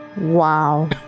Wow